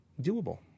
doable